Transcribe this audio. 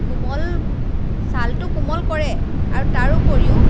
কোমল ছালটো কোমল কৰে আৰু তাৰোপৰিও